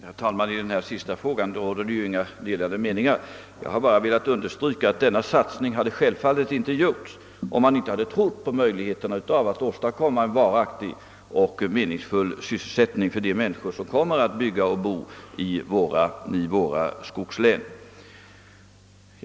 Herr talman! Beträffande den fråga som fru Marklund senast tog upp råder inga delade meningar mellan oss. Jag har bara velat understryka att denna satsning självfallet inte hade gjorts, om man inte hade trott på möjligheten att åstadkomma varaktig och meningsfull sysselsättning för de människor som kommer att bygga och bo i våra skogslän.